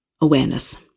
awareness